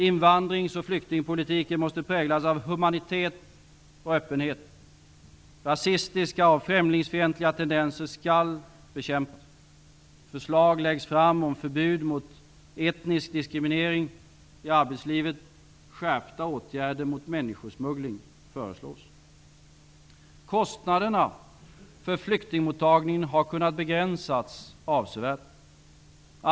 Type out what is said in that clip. Invandrings och flyktingpolitiken måste präglas av humanitet och öppenhet. Rasistiska och främlingsfientliga tendenser skall bekämpas. Förslag läggs fram om förbud mot etnisk diskriminering i arbetslivet. Skärpta åtgärder mot människosmuggling föreslås. Kostnaderna för flyktingmottagningen har kunnat begränsas avsevärt.